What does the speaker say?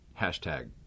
Hashtag